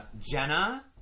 Jenna